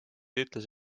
ütles